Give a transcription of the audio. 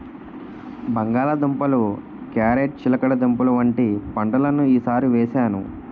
బంగాళ దుంపలు, క్యారేట్ చిలకడదుంపలు వంటి పంటలను ఈ సారి వేసాను